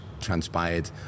transpired